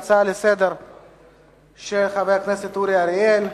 אנחנו עוברים להצעה לסדר-היום של חבר הכנסת אורי אריאל: